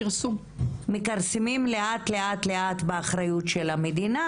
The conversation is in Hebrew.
מכרסמים לאט לאט באחריותה של המדינה